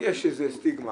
יש סטיגמה